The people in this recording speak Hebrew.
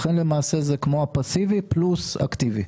לכן, למעשה זה כמו הפסיבי פלוס אקטיבי.